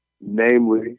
Namely